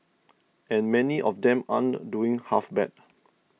and many of them aren't doing half bad